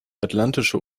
atlantische